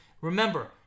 Remember